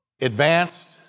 advanced